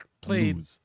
played